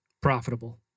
profitable